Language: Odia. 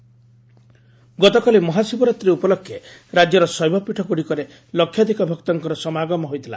ମହାଶିବରାତ୍ରୀ ଗତକାଲି ମହାଶିବରାତ୍ରି ଉପଲକ୍ଷେ ରାକ୍ୟର ଶୈବପୀଠଗୁଡ଼ିକରେ ଲକ୍ଷାଧିକ ଭକ୍ତଙ୍କର ସମାଗମ ହୋଇଥିଲା